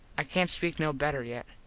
i cant speak no better yet.